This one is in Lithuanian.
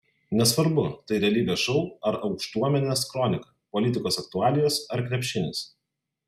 nesvarbu tai realybės šou ar aukštuomenės kronika politikos aktualijos ar krepšinis